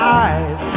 eyes